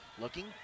Looking